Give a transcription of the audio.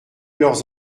leurs